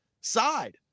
side